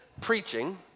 preaching